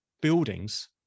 buildings